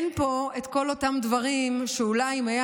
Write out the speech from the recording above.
אין פה כל אותם דברים שאולי אם היה